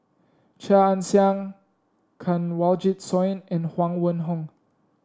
Chia Ann Siang Kanwaljit Soin and Huang Wenhong